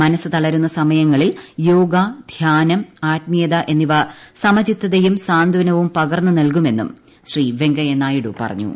മനസ്സ് തളരുന്ന സമയങ്ങളിൽ യോഗ ധ്യാനം ആത്മീയത എന്നിവ സമച്ചിത്ത്യും സാന്ത്വനവും പകർന്നു നൽകുമെന്നും ശ്രീ വെങ്ക്യ്യൻനായിഡു പറഞ്ഞു